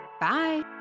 Bye